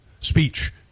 speech